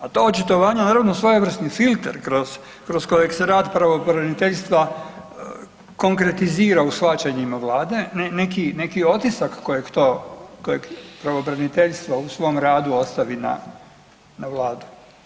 A ta očitovanja naravno svojevrsni filter kroz, kroz kojeg se rad pravobraniteljstva konkretizira u shvaćanjima Vlade, neki otisak koje pravobraniteljstvo u svom radu ostavi na Vladu.